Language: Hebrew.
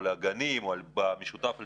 על הגנים או משותף לשניהם,